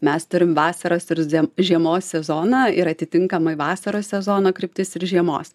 mes turim vasarą surzėm žiemos sezoną ir atitinkamai vasaros sezono kryptis ir žiemos